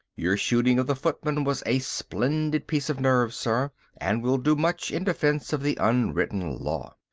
your shooting of the footman was a splendid piece of nerve, sir, and will do much in defence of the unwritten law.